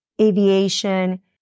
aviation